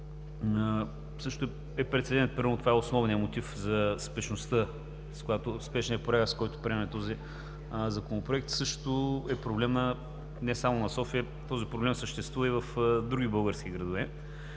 също е прецедент. Примерно, това е основният мотив за спешния порядък, с който приемаме този Законопроект. Това също е проблем не само на София, този проблем съществува и в други български градове.